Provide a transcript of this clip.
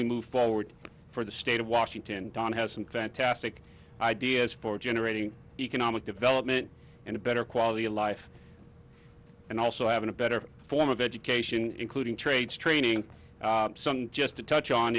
we move forward for the state of washington don has some fantastic ideas for generating economic development and a better quality of life and also having a better form of education including trades training some just to touch on